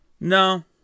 no